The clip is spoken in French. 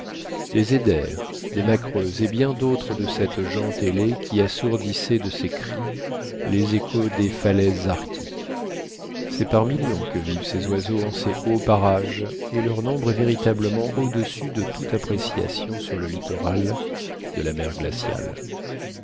des eiders des macreuses et bien d'autres de cette gent ailée qui assourdissait de ses cris les échos des falaises arctiques c'est par millions que vivent ces oiseaux en ces hauts parages et leur nombre est véritablement au-dessus de toute appréciation sur le littoral de la mer glaciale